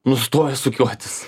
nustoja sukiotis